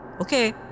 Okay